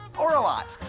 or a lot.